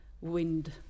wind